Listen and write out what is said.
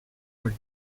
were